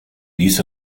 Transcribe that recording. ließ